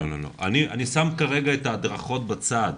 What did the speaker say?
אני שם כרגע את ההדרכות בצד.